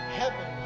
heaven